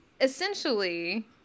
essentially